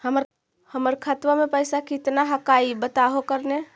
हमर खतवा में पैसा कितना हकाई बताहो करने?